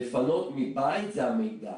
לפנות מבית, זה המידע.